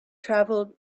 travelled